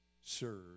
serve